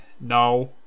No